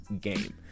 game